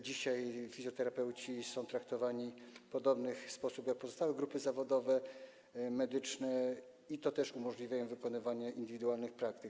Dzisiaj fizjoterapeuci są traktowani w podobny sposób jak pozostałe grupy zawodowe medyczne i to też umożliwia im wykonywanie indywidualnych praktyk.